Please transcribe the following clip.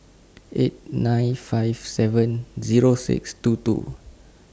eight nine five seven Zero six two two